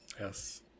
yes